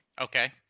Okay